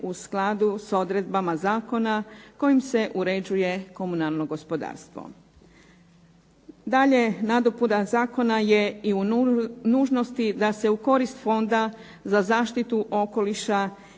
u skladu sa odredbama zakona kojim se uređuje komunalno gospodarstvo. Dalje, nadopuna zakona je i u nužnosti da se u korist Fonda za zaštitu okoliša